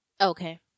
okay